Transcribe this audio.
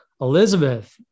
Elizabeth